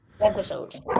episodes